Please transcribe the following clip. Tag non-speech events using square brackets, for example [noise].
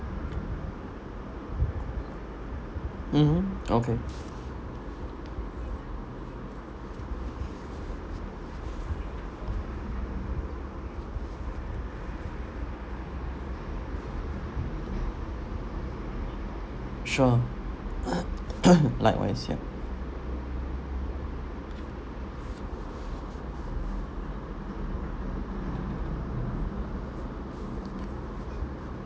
mmhmm okay sure [coughs] likewise ya